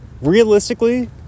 realistically